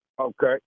Okay